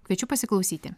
kviečiu pasiklausyti